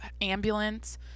ambulance